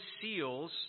seals